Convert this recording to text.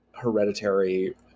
hereditary